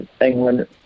England